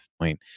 point